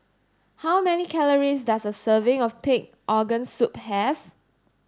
how many calories does a serving of pig organ soup have